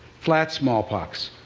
flat smallpox,